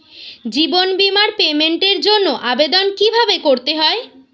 জীবন বীমার পেমেন্টের জন্য আবেদন কিভাবে করতে হয়?